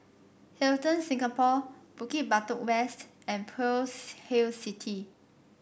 Hilton Singapore Bukit Batok West and Pearl's Hill City